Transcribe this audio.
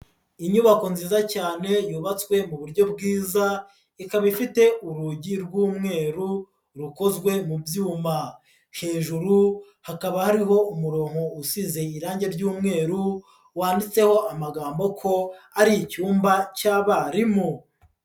Inyubako nziza cyane yubatswe mu buryo bwiza ikaba ifite urugi rw'umweru rukozwe mu byuma, hejuru hakaba hariho umurongo usize irange ry'umweru, wanditseho amagambo ko ari icyumba cy'abarimu.